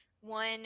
one